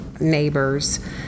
neighbors